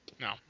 No